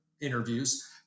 interviews